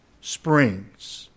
springs